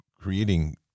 creating